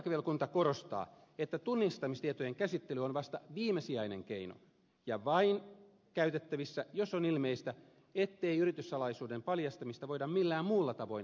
perustuslakivaliokunta korostaa että tunnistamistietojen käsittely on vasta viimesijainen keino ja käytettävissä vain jos on ilmeistä ettei yrityssalaisuuden paljastamista voida millään muulla tavoin selvittää